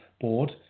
board